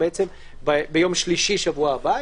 ביום שלישי שבוע הבא,